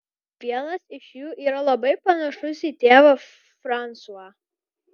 vienas iš jų yra labai panašus į tėvą fransuą